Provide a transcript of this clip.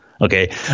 Okay